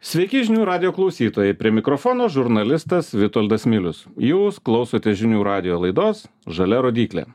sveiki žinių radijo klausytojai prie mikrofono žurnalistas vitoldas milius jūs klausotės žinių radijo laidos žalia rodyklė